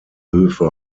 höfe